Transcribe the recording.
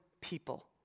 people